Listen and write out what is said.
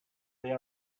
they